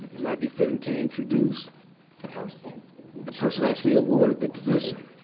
it might be fitting to introduce the person. the person actually awarded the position.